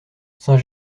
saint